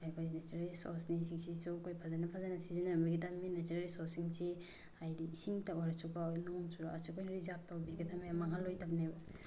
ꯑꯩꯈꯣꯏ ꯅꯦꯆꯔꯦꯜ ꯔꯤꯁꯣꯔꯁꯅꯤ ꯁꯤꯒꯤꯁꯨ ꯑꯩꯈꯣꯏ ꯐꯖꯅ ꯐꯖꯅ ꯁꯤꯖꯤꯟꯅꯒꯗꯝꯅꯤ ꯅꯦꯆꯔꯦꯜ ꯔꯤꯁꯣꯔꯁꯁꯤꯡꯁꯤ ꯍꯥꯏꯗꯤ ꯏꯁꯤꯡꯇ ꯑꯣꯏꯔꯁꯨꯀꯣ ꯅꯣꯡ ꯆꯨꯔꯛꯑꯁꯨ ꯑꯩꯈꯣꯏ ꯔꯤꯖꯥꯞ ꯇꯧꯕꯤꯒꯗꯝꯅꯤ ꯃꯥꯡꯍꯜꯂꯣꯏꯗꯝꯅꯦꯕ